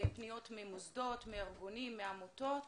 פניות ממוסדות, מארגונים, מעמותות,